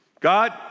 God